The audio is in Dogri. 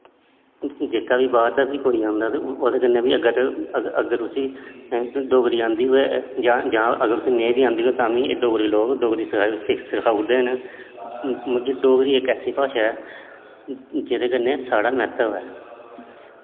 जेह्का बी बाह्र दा बी कोई औंदा ते ओह् ओह्दै कन्नै बी अगर उसी डोगरी आंदी होऐ जां उसी नेंई बी आंदी होऐ तां बी डोगरे लोग डोगरी सखाई ओड़दे न डोगरी इकऐसी भाशा ऐ जेह्दे कन्नै साढ़ा मैह्तव ऐ